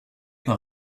par